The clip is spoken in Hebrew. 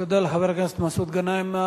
תודה לחבר הכנסת מסעוד גנאים.